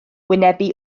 wynebu